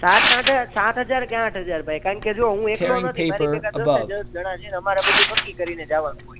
સાત આઠ હજાર સાત હજાર કે આઠ હજાર ભાઈ કારણ કે જો હું એકલો નથી મારા ભેગા દસે દસ જણ છે ને અમારે બધુ નક્કી કરીને જવાનું હોય